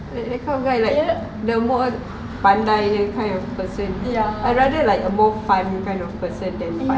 that kind of guy the more pandai kind of person I rather more fun kind of person than